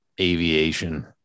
aviation